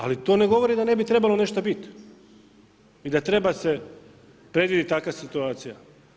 Ali to ne govori da ne bi trebalo nešto biti i da se treba predviditi takva situacija.